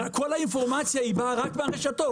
כל האינפורמציה היא באה רק ברשתות,